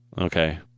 okay